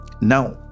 Now